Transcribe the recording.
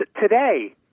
today